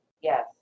Yes